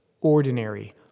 Ordinary